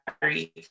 battery